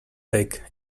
take